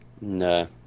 No